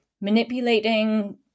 manipulating